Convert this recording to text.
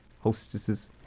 hostesses